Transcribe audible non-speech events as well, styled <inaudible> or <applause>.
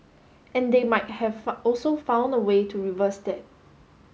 and they might have <unintelligible> also found a way to reverse that